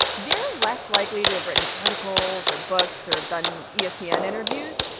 they're less likely to have written articles or books or have done yeah espn yeah and interviews,